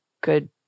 good